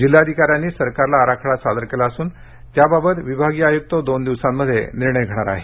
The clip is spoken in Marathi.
जिल्हाधिकाऱ्यांनी सरकारला आराखडा सादर केला असून त्याबाबत विभागीय आयुक्त दोन दिवसांमध्ये निर्णय घेणार आहेत